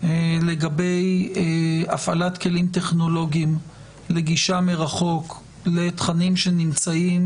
לגבי הפעלת כלים טכנולוגיים לגישה מרחוק לתכנים שנמצאים